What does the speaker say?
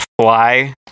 fly